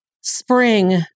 spring